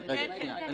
כן, כן.